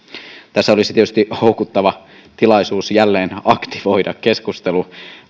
tässä olisi tietysti houkuttava tilaisuus jälleen aktivoida keskustelu